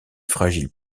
fragile